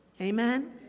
Amen